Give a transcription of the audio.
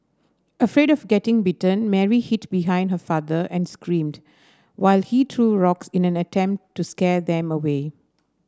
afraid of getting bitten Mary hid behind her father and screamed while he threw rocks in an attempt to scare them away